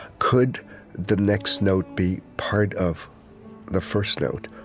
could the next note be part of the first note?